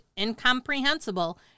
incomprehensible